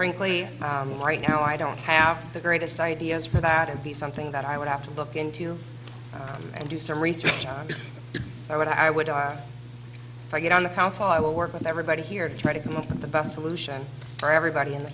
frankly right now i don't have the greatest ideas for that of the something that i would have to look into and do some research on i would i would i get on the council i will work with everybody here to try to come up with the best solution for everybody in the